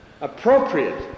appropriate